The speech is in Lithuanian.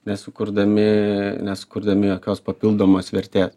nesukurdami nesukurdami jokios papildomos vertės